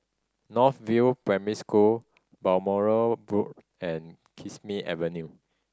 North View Primary School Balmoral Road and Kismi Avenue